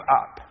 up